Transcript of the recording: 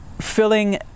filling